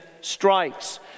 strikes